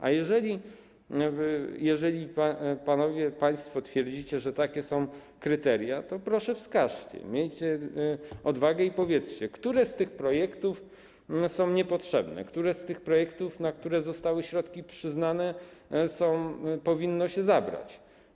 A jeżeli panowie, państwo twierdzicie, że takie są kryteria, to proszę, wskażcie, miejcie odwagę i powiedzcie, które z tych projektów są niepotrzebne, które z tych projektów, na które zostały przyznane środki, powinno się zabrać.